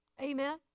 Amen